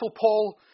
Paul